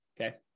Okay